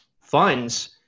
funds